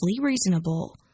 reasonable